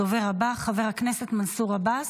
הדובר הבא, חבר הכנסת מנסור עבאס.